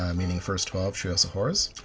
um meaning first twelve, treehouse of horrors.